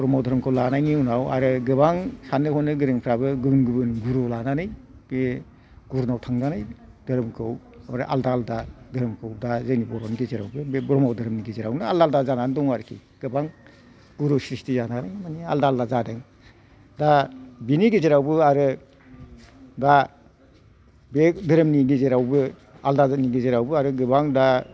ब्रह्म धोरोमखौ लानायनि उनाव आरो गोबां साननो हनो गोरोंफ्राबो गुबुन गुबुन गुरु लानानै बे गुरुनाव थांनानै धोरोमखौ मानि आलदा आलदा धोरोमखौ दा जोंनि बर'नि गेजेराव बे ब्रह्म धोरोमनि गेजेरावनो आलदा आलदा जानानै दं आरिखि गोबां गुरु स्रिसति जानानै मानि आलदा आलदा जादों दा बिनि गेजेरावबो आरो दा बे धोरोमनि गेजेरावबो दा आलदा धोरोमनि गोबां दा